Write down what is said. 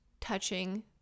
touching